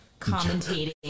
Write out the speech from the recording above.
commentating